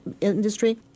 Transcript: industry